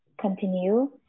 continue